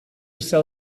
sell